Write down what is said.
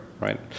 right